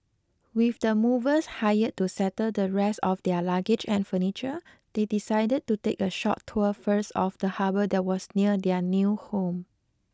with the movers hired to settle the rest of their luggage and furniture they decided to take a short tour first of the harbour that was near their new home